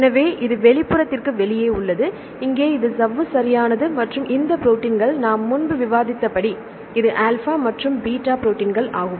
எனவே இது வெளிப்புறத்திற்கு வெளியே உள்ளது இங்கே இது சவ்வு சரியானது மற்றும் இந்த ப்ரோடீன்கள் நாம் முன்பு விவாதித்தபடி இது ஆல்பா மற்றும் இது பீட்டா ப்ரோடீன் ஆகும்